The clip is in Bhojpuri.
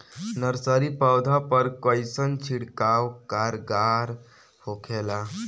नर्सरी पौधा पर कइसन छिड़काव कारगर होखेला?